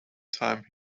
time